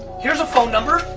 here's a phone number.